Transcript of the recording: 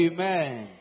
Amen